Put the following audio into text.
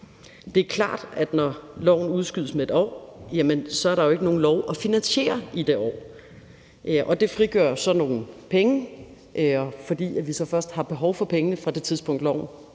Det er klart, at når loven udskydes med et år, er der ikke nogen lov at finansiere i det år, og det frigør så nogle penge, fordi vi så først har behov for pengene fra det tidspunkt, loven